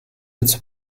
its